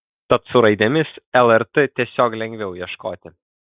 tad su raidėmis lrt tiesiog lengviau ieškoti